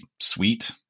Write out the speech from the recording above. sweet